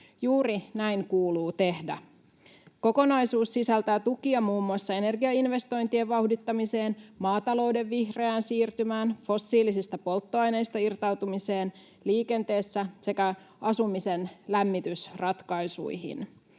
Juuri näin kuuluu tehdä. Kokonaisuus sisältää tukia muun muassa energiainvestointien vauhdittamiseen, maatalouden vihreään siirtymään, fossiilisista polttoaineista irtautumiseen liikenteessä sekä asumisen lämmitysratkaisuihin.